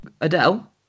Adele